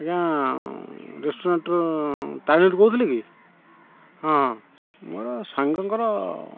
ଆଜ୍ଞା ରେଷ୍ଟୁରାଣ୍ଟ୍ରୁ ତାରେଣୀ କହୁଥିଲେ କି ହଁ ମୋର ସାଙ୍ଗଙ୍କର